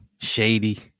shady